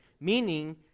meaning